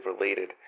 related